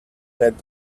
said